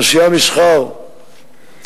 התעשייה, המסחר והתעסוקה,